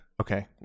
okay